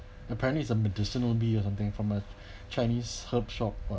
apparently is a medicinal bee or something from a chinese herb shop what